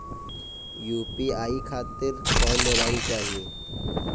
UPI खातिर कौन mobile चाहीं?